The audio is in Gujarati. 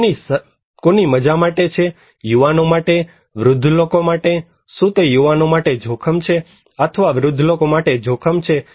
તે કોની મજા માટે છે યુવાનો માટે વૃદ્ધ લોકો માટે શું તે યુવાનો માટે જોખમ છે અથવા વૃદ્ધ લોકો માટે જોખમ છે